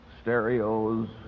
stereos